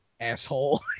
asshole